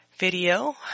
video